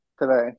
today